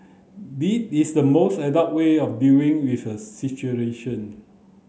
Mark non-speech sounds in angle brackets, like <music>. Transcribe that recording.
<unintelligible> is the most adult way of dealing with a situation